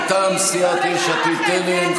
מטעם סיעת יש עתיד-תל"ם,